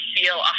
feel